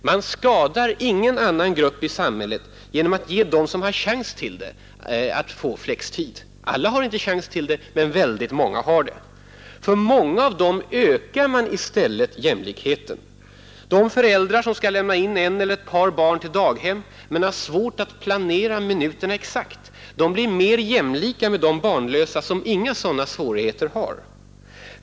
Man skadar ingen annan grupp i samhället genom att låta dem som kan få flextid erhålla det. Alla har inte chans till det, men väldigt många har det. För många av dessa ökar man i stället jämlikheten. De föräldrar som skall lämna in ett eller ett par barn på daghem men har svårt att planera minuterna exakt — de blir mer jämlika med de barnlösa som inga sådana svårigheter har.